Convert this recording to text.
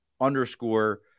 underscore